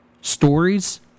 stories